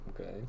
Okay